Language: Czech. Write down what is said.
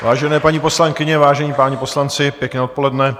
Vážené paní poslankyně, páni poslanci, pěkné odpoledne.